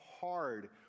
hard